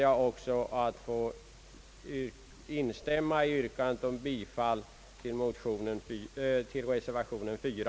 Jag ber att få instämma i yrkandet om bifall till reservation a.